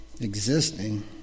existing